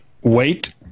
wait